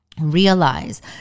realize